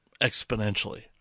exponentially